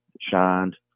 shined